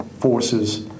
forces